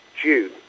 June